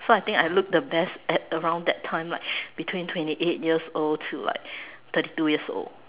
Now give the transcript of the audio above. so I think I looked the best at around that time like between twenty eight years old to about thirty two years old